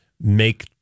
make